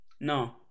No